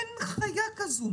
אין חיה כזאת.